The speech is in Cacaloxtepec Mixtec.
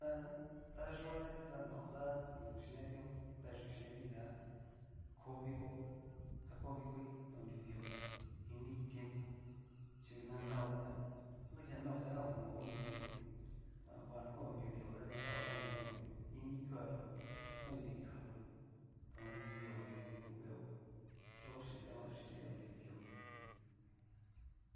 Ta tayó na ni tanraon chín nadion ta yu chín nadii tá, ko viko a ko vikoi ta konru vió ini tiempo chí nanao tá nakixhi nanao tá okunrui vio, tavaga na okonrui vio tá nanguatao ta konrui vio, ini kuayó xa koni nri kuayó honrui viio onrui viko veo yo xin deon ta yú xin dei ta konrui vio.